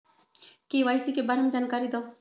KYC के बारे में जानकारी दहु?